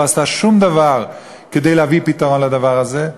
לא עשתה שום דבר כדי להביא פתרון לדבר הזה,